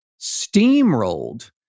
steamrolled